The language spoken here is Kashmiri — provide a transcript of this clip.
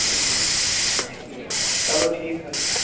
بِلکُل ٹھیٖک ٹھیٖک چَلو ٹھیٖک حظ چھُ ٹھیٖک